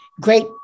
great